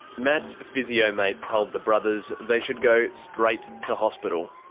matt's physio mate told the brothers they should go straight to hospital.